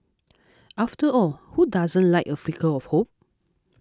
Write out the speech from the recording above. after all who doesn't like a flicker of hope